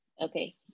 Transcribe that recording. Okay